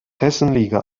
hessenliga